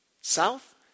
south